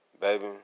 Baby